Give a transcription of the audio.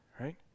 right